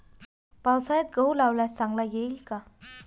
पावसाळ्यात गहू लावल्यास चांगला येईल का?